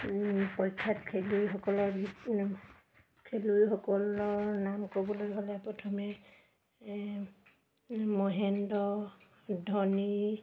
প্ৰখ্যাত খেলুৱৈসকলৰ খেলুৱৈসকলৰ নাম ক'বলৈ গ'লে প্ৰথমে মহেন্দ্ৰ ধোনী